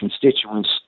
constituents